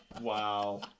Wow